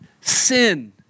sin